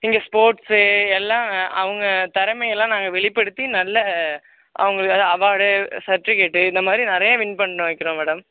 இங்கே ஸ்போர்ட்ஸ் எல்லாம் அவங்க திறமையெல்லாம் நாங்கள் வெளிப்படுத்தி நல்ல அவங்களுக்கு அவார்டு சர்டிவிக்கேட் இந்தமாதிரி நிறைய வின் பண்ண வைக்கிறோம் மேடம்